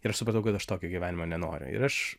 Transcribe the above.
ir aš supratau kad aš tokio gyvenimo nenoriu ir aš